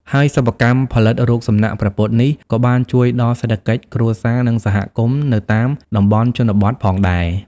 ហើយសិប្បកម្មផលិតរូបសំណាកព្រះពុទ្ធនេះ ក៏បានជួយដល់សេដ្ឋកិច្ចគ្រួសារ និងសហគមន៍នៅតាមតំបន់ជនបទផងដែរ។